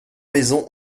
maisons